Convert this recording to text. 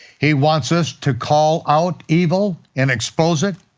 he wants us to call out evil and expose it.